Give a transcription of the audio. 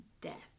death